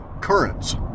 currents